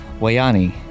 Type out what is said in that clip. Wayani